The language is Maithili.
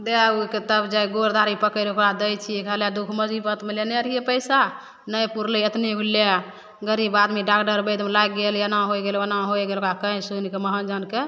दै उके तब जाइ गोड़ दाढ़ी पकड़ि ओकरा दै छिए हैए ले दुखमरी वक्तमे लेने रहिए पइसा नहि पुरलै एतने गो लै गरीब आदमी डाकटर वैदमे लागि गेल एना होइ गेल ओना होइ गेल ओकरा कहि सुनिके महाजनके